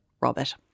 Robert